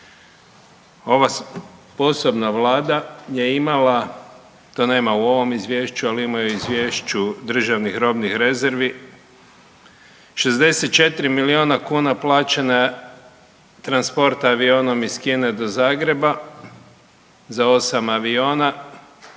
Ova sposobna Vlada je imala to nema u ovom Izvješću, ali ima u Izvješću državnih robnih rezervi 64 milijuna kuna plaćen je transport avionom iz Kine do Zagreba za 8 aviona